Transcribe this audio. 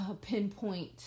pinpoint